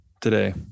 today